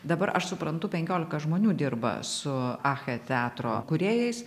dabar aš suprantu penkiolika žmonių dirba su akche teatro kūrėjais